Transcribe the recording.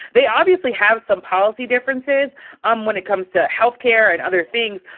they obviously have some policy differences um when it comes to healthcare and other things.